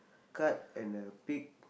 card and a pig